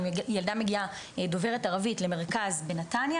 אם ילדה דוברת ערבית מגיעה למרכז בנתניה,